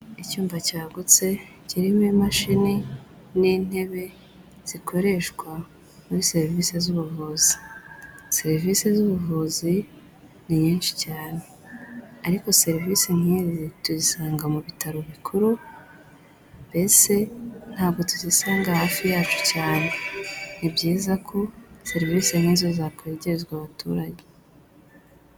Icyumba cyagutse kirimo imashini n'intebe zikoreshwa muri serivisi z'ubuvuzi, serivisi z'ubuvuzi ni nyinshi cyane ariko serivisi nk'iyi tuzisanga mu bitaro bikuru, mbese ntabwo tuzisanga hafi yacu cyane, ni byiza ko serivisi na zo zakwegerezwa abaturage.